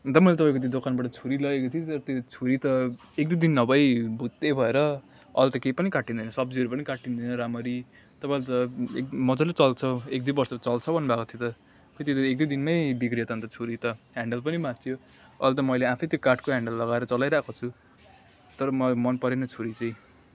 दा मैले तपाईँको त्यो दोकानबाट छुरी लगेको थिएँ नि तर त्यो छुरी त एक दुई दिन नभई भुत्ते भएर अहिले त केही पनि काटिँदैन सब्जीहरू पनि काटिँदैन राम्ररी तपाईँले त एक मजाले चल्छ एक दुई वर्ष चल्छ भन्नुभएको थियो त खै त्यो त एक दुई दिनमै बिग्रियो त अन्त छुरी त ह्यान्डल पनि भाँचियो अहिले त मैले आफै काठको ह्यान्डल लगाएर चलाइरहेको छु तर मलाई मनपरेन छुरी चाहिँ